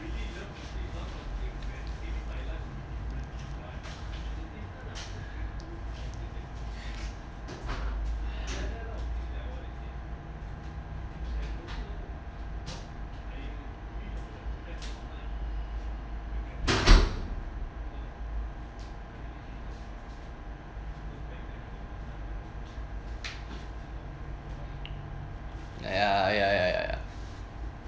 ya ya ya ya ya